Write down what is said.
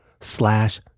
slash